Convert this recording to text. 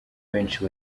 benshi